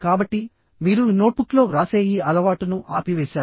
కాబట్టి మీరు నోట్బుక్లో వ్రాసే ఈ అలవాటును ఆపివేశారు